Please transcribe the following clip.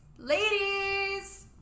Ladies